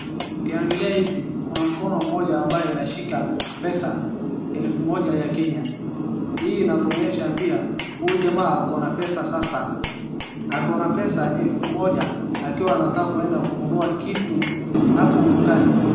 Tukiangalia hivi kuna mkono mmoja ambayo inashika pesa elfu moja ya Kenya. Hii inatuonyesha pia huyu jamaa ako na pesas sasa. Ako na pesa elfu moja akiwa anataka kuenda kunua kitu hapo dukani.